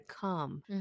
come